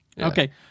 okay